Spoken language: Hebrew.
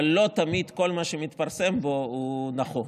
אבל לא תמיד כל מה שמתפרסם בו הוא נכון,